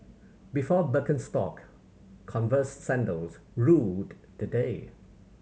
before Birkenstock Converse sandals ruled the day